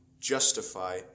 justify